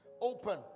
open